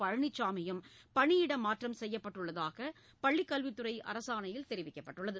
பழனிச்சாமியும் பணியிடமாற்றம் செய்யப்பட்டுள்ளதாக பள்ளிக்கல்வித்துறை அரசாணையில் தெரிவிக்கப்பட்டுள்ளது